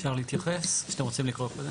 אפשר להתייחס או שאתם רוצים לקרוא קודם?